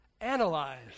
analyze